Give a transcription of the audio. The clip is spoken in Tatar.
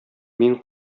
мин